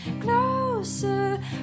Closer